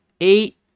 eight